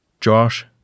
Josh